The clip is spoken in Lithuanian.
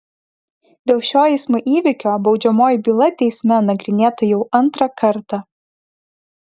dėl šio eismo įvykio baudžiamoji byla teisme nagrinėta jau antrą kartą